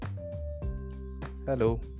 Hello